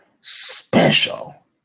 special